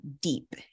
deep